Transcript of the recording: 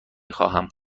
خواهم